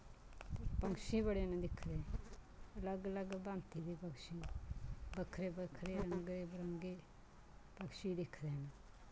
पंक्षी बड़े न दिक्खे दे अलग अलग भांति दे पक्षी बक्खरे बक्खरे रंगे बिरंगे पक्षी दिक्खे दे न